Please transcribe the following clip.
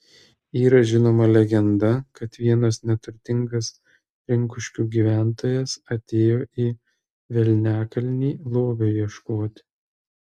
yra žinoma legenda kad vienas neturtingas rinkuškių gyventojas atėjo į velniakalnį lobio ieškoti